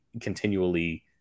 continually